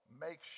make